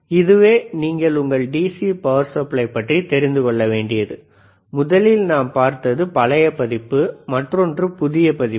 எனவே இதுவே நீங்கள் உங்கள் டிசி பவர் சப்ளை பற்றி தெரிந்து கொள்ளவேண்டியது முதலில் நாம் பார்த்தது பழைய பதிப்பு மற்றொன்று புதிய பதிப்பு